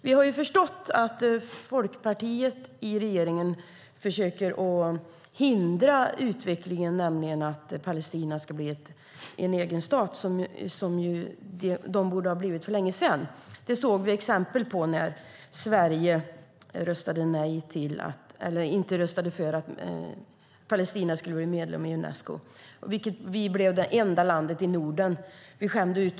Vi har förstått att Folkpartiet i regeringen försöker hindra utvecklingen, nämligen att Palestina ska bli en egen stat som man borde ha blivit för länge sedan. Det såg vi exempel på när Sverige inte röstade för att Palestina skulle bli medlem i Unesco. Sverige var det enda landet i Norden som gjorde det.